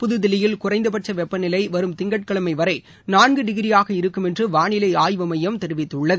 புதுதில்லியில் குறைந்தபட்ச வெப்பநிலை வரும் திங்கட்கிழமை வரை நான்கு டிகிரியாக இருக்கும என்று வானிலை ஆய்வு மையம் தெரிவித்துள்ளது